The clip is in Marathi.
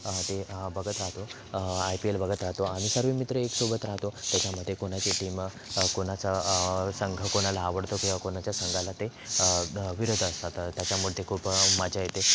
ते बघत राहतो आय पी एल बघत राहतो आम्ही सर्व मित्र एक सोबत राहतो त्याच्यामध्ये कोणाची टीम कोणाचा संघ कोणाला आवडतो किंवा कोणाच्या संघाला ते विरोध असतात त्याच्यामध्ये खूप मजा येते